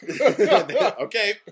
okay